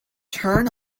turn